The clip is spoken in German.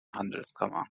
handelskammer